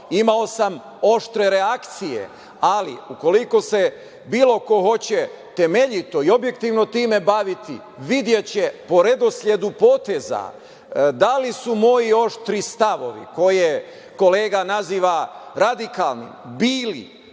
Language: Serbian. Imao sam oštre reakcije, ali ukoliko se bilo ko hoće temeljno i objektivno time baviti, videće po redosledu poteza da li su moji oštri stavovi, koje kolega naziva radikalnim, bili